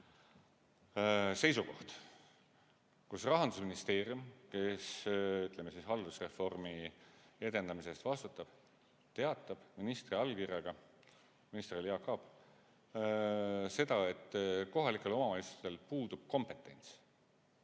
seisukoht, kus Rahandusministeerium, kes haldusreformi edendamise eest vastutab, teatab ministri allkirjaga – minister oli Jaak Aab –, et kohalikel omavalitsustel puudub kompetents.